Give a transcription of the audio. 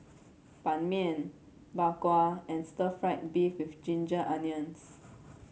Ban Mian Bak Kwa and stir fry beef with Ginger Onions